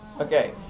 okay